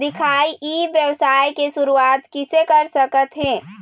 दिखाही ई व्यवसाय के शुरुआत किसे कर सकत हे?